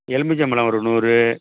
எலுமிச்சைப்பழம் ஒரு நூறு